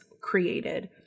created